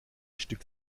stück